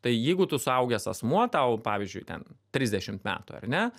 tai jeigu tu suaugęs asmuo tau pavyzdžiui ten trisdešimt metų ar ne